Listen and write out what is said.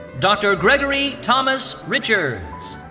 dr. gregory thomas richards.